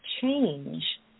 change